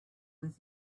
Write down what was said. with